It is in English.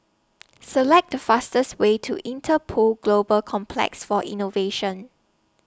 Select The fastest Way to Interpol Global Complex For Innovation